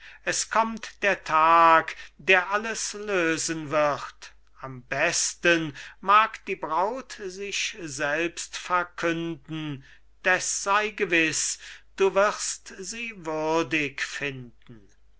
es kommt der tag der alles lösen wird am besten mag die braut sich selbst verkünden deß sei gewiß du wirst sie würdig finden